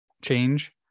change